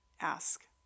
ask